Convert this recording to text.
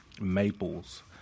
maples